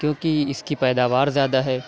کیوں کہ اِس کی پیداوار زیادہ ہے